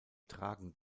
tragen